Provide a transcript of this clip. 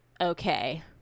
okay